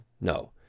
no